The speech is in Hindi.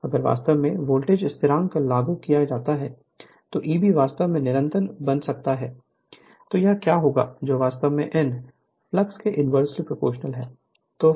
अगर वास्तव में वोल्टेज स्थिरांक लागू किया जाता है तो Eb वास्तव में निरंतर बना सकता है तो यह क्या होगा जो वास्तव में n फ्लक्स के इन्वर्सली प्रोपोर्शनल है